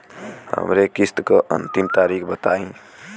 हमरे किस्त क अंतिम तारीख बताईं?